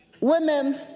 women